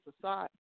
aside